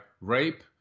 rape